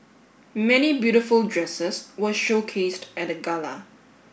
many beautiful dresses were showcased at the gala